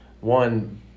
one